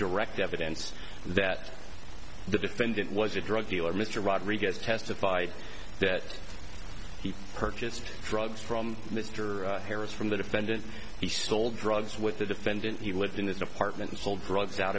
direct evidence that the defendant was a drug dealer mr rodriguez testified that he purchased drugs from mr harris from the defendant he sold drugs with the defendant he lived in this apartment and sold drugs out